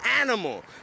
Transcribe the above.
animal